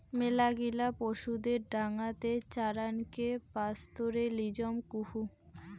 মেলাগিলা পশুদের ডাঙাতে চরানকে পাস্তোরেলিজম কুহ